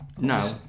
No